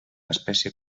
espècie